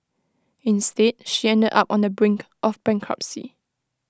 instead she ended up on the brink of bankruptcy